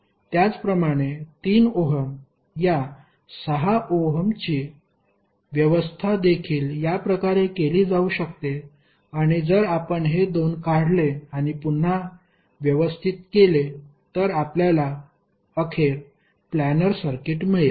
त्याचप्रमाणे 3 ओहम या 6 ओहमची व्यवस्था देखील या प्रकारे केली जाऊ शकते आणि जर आपण हे 2 काढले आणि पुन्हा व्यवस्थित केले तर आपल्याला अखेर प्लानर सर्किट मिळेल